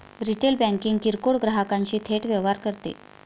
retail banking किरकोळ ग्राहकांशी थेट व्यवहार करते